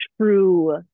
true